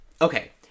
Okay